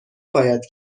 باید